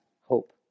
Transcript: hope